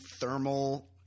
thermal